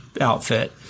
outfit